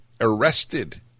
arrested